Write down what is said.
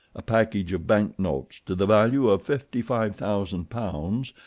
a package of banknotes, to the value of fifty-five thousand pounds,